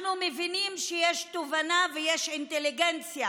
אנחנו מבינים שיש תובנה ויש אינטליגנציה